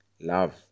love